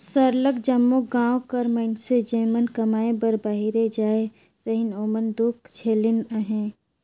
सरलग जम्मो गाँव कर मइनसे जेमन कमाए बर बाहिरे जाए रहिन ओमन दुख झेलिन अहें